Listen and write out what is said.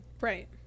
right